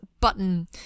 button